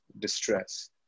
distress